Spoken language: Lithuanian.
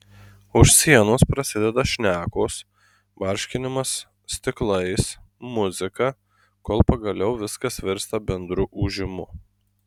už sienos prasideda šnekos barškinimas stiklais muzika kol pagaliau viskas virsta bendru ūžimu